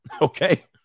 okay